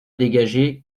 dégagé